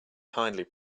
kindly